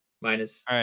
Minus